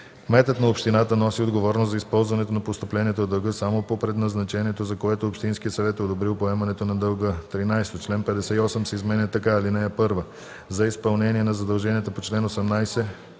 Кметът на общината носи отговорност за използването на постъпленията от дълга само по предназначението, за което общинският съвет е одобрил поемането на дълга.” 13. Член 58 се изменя така: „(1) За неизпълнение на задълженията по чл. 18